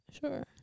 Sure